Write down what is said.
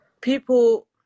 people